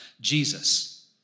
Jesus